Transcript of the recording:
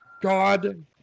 god